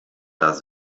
das